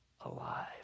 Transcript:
alive